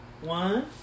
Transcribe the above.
one